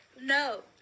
no